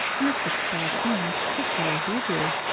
and the six bells inn, as well as you do.